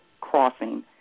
crossing